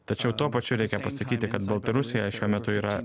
tačiau tuo pačiu reikia pasakyti kad baltarusija šiuo metu yra